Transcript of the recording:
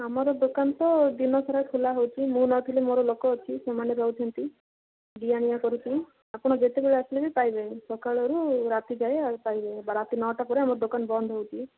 ଆମର ଦୋକାନ ତ ଦିନ ସାରା ଖୋଲା ହେଉଛି ମୁଁ ନ ଥିଲେ ମୋର ଲୋକ ଅଛି ସେମାନେ ରହୁଛନ୍ତି ଦିଆ ନିଆ କରୁଛୁ ଆପଣ ଯେତେବେଳେ ଆସିଲେ ବି ପାଇବେ ସକାଳ ରୁ ରାତି ଯାଏ ପାଇବେ ରାତି ନଅଟା ପରେ ଆମର ଦୋକାନ ବନ୍ଦ ହେଉଛି